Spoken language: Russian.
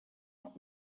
новых